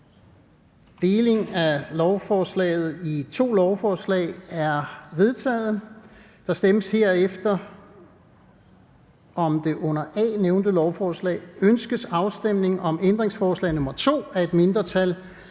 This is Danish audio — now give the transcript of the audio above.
Delingen af lovforslaget i to lovforslag er vedtaget. Der stemmes herefter om det under A nævnte lovforslag. Ønskes afstemning om ændringsforslag nr. 2 af et mindretal